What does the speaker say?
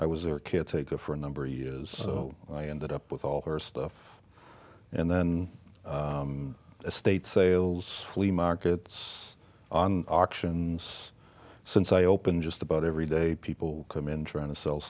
i was a kid taker for a number of years so i ended up with all her stuff and then estate sales flea markets on auctions since i open just about every day people come in trying to sell